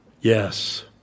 Yes